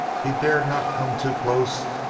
he dared not come too close,